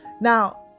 Now